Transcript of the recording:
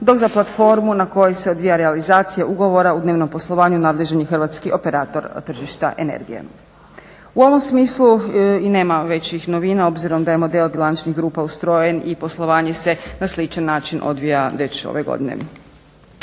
dok za platformu na kojoj se odvija realizacija ugovora u dnevnom poslovanju nadležan je Hrvatski operator tržišta energije. U ovom smislu i nema većih novina obzirom da je model bilančnih grupa ustrojen i poslovanje se na sličan način odvija već ove godine.